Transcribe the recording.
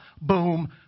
boom